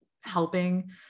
helping